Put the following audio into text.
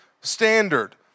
standard